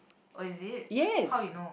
oh is it how you know